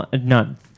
none